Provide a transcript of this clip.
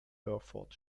herford